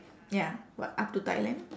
ya what up to thailand